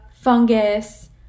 fungus